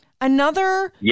another-